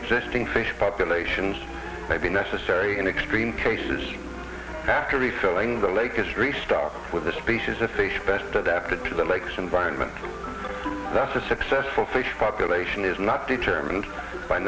existing fish populations may be necessary in extreme cases after refilling the lake is restocked with a species a fish best adapted to the likes environment that a successful fish population is not determined by